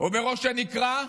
או בראש הנקרה,